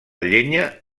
llenya